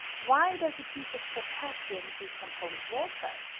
why does a piece of potassium decompose water?